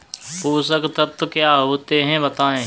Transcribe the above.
पोषक तत्व क्या होते हैं बताएँ?